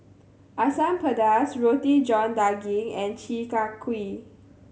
Asam Pedas Roti John Daging and Chi Kak Kuih